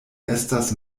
estas